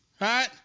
right